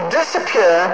disappear